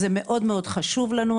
זה מאוד מאוד חשוב לנו.